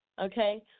okay